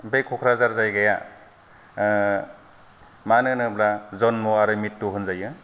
बे क'क्राझार जायगाया मानो होनोब्ला जन्म' आरो मृत' होनजायो